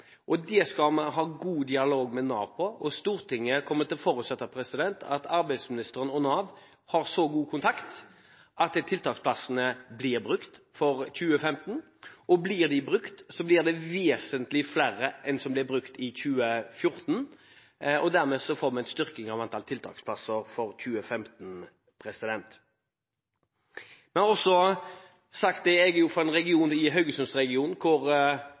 arbeidslivet. Det skal vi ha god dialog med Nav på, og Stortinget kommer til å forutsette at arbeidsministeren og Nav har så god kontakt at tiltaksplassene blir brukt for 2015, Blir de brukt, blir det vesentlig flere enn de som ble brukt i 2014, og dermed får vi en styrking av antallet tiltaksplasser for 2015. Jeg er jo fra en region